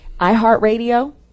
iHeartRadio